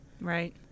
Right